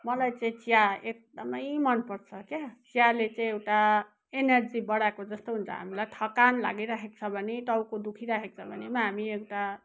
मलाई चाहिँ चिया एकदमै मन पर्छ क्या चियाले चाहिँ एउटा एनर्जी बढाएको जस्तो हुन्छ हामीलाई थकान लागिराखेको छ भने टाउको दुखी राखेको छ भने हामी एउटा